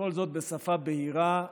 וכל זאת בשפה בהירה,